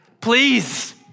Please